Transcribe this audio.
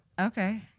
Okay